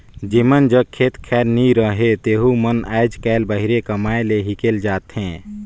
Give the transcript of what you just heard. जेमन जग खेत खाएर नी रहें तेहू मन आएज काएल बाहिरे कमाए ले हिकेल जाथें